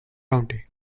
county